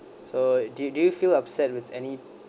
so do you do you feel upset with any